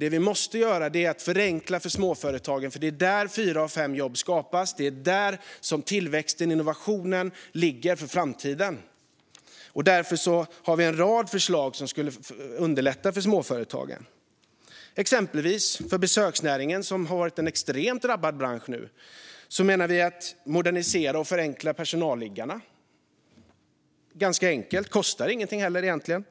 Det som måste göras är att förenkla för småföretagen eftersom det är där fyra av fem jobb skapas, och det är där som tillväxten och innovationen för framtiden ligger. Därför har vi en rad förslag som skulle underlätta för småföretagen. Exempelvis har besöksnäringen varit en extremt drabbad bransch. Vi menar att personalliggarna måste moderniseras och förenklas. Det är enkelt, och det kostar inget. Vidare föreslår